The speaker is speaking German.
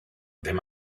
wenn